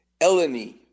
Eleni